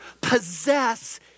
possess